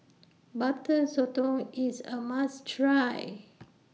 Butter Sotong IS A must Try